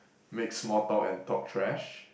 make small talk and talk trash